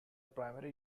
primary